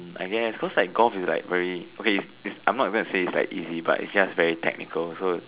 I guess cause like golf is like very okay it's I'm not even a phrase like easy but it's just very technical so